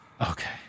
Okay